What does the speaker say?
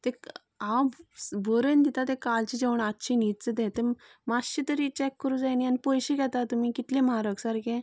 तेका हांव बरयन दिता तें कालचें जेवण आयचे न्हीच तें मातशें तरी चेक करूंक जाय न्ही आनी पयशें घेतात तुमी कितलें म्हारग सारकें